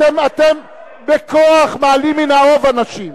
אתם בכוח מעלים מן האוב אנשים.